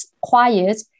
quiet